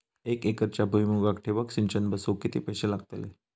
एक एकरच्या भुईमुगाक ठिबक सिंचन बसवूक किती पैशे लागतले?